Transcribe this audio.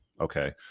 okay